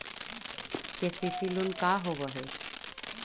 KCC loan का होब हइ?